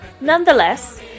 Nonetheless